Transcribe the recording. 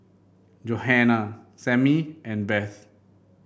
Johana Sammy and Beth